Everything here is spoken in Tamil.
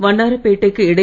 வண்ணாரப்பேட்டைக்கு இடை